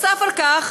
נוסף על כך,